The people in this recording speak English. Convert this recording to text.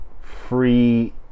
Free